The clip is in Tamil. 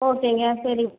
ஓகேங்க சரி